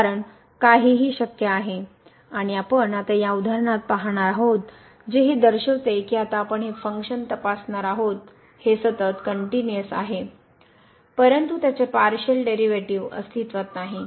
तर काहीही शक्य आहे आणि आपण आता या उदाहरणात पाहणार आहोत जे हे दर्शविते की आता आपण हे फंक्शन तपासणार आहोत हे सतत कनट्युनिअस आहे परंतु त्याचे पार्शिअल डेरीवेटीव अस्तित्वात नाहीत